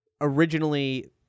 originally